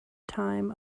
time